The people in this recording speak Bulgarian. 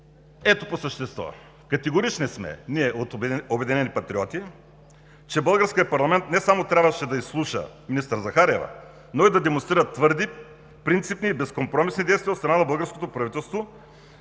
Ето по същество – категорични сме, ние от „Обединени патриоти“, че българският парламент не само трябваше да изслуша министър Захариева, но и да демонстрира твърди, принципни и безкомпромисни действия от страна на българската държава,